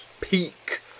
peak